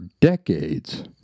decades